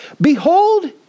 Behold